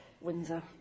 Windsor